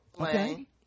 okay